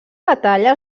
batalla